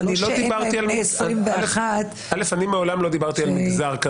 זה לא שאין להם בני 21. מעולם לא דיברתי על מגזר.